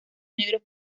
negros